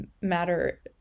matter